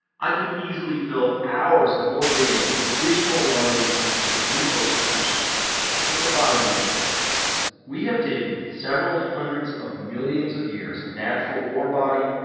i icould easily fill hours of more video with additional alarming examples of resource depletion but the bottom line is this we have taken several hundreds of millions of years of natural ore body,